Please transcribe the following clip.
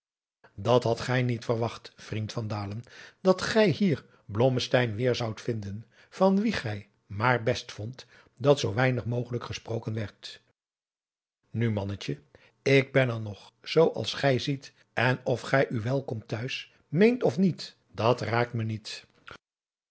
dat hadt gij niet verwacht vriend van dalen dat gij hier blommesteyn weêr zoudt vinden van wien gij maar best vond dat zoo weinig mogelijk gesproken werd nu mannetje ik ben er nog zoo als gij ziet en of gij uw welkom t'huis meent of niet dat raakt me niet